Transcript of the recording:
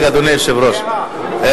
אדוני היושב-ראש.